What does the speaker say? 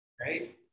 Right